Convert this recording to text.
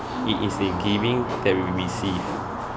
it is a giving that we receive